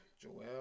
Joel